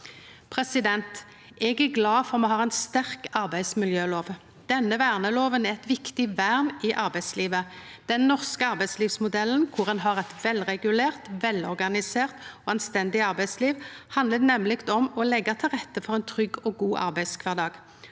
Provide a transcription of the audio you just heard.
framtida. Eg er glad for at me har ei sterk arbeidsmiljølov. Denne vernelova er eit viktig vern i arbeidslivet. Den norske arbeidslivsmodellen, kor ein har eit velregulert, velorganisert og anstendig arbeidsliv, handlar nemleg om å leggja til rette for ein trygg og god arbeidskvardag.